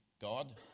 God